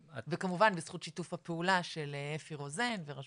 וכמובן בזכות שיתוף הפעולה של אפי רוזן ורשות הרישוי.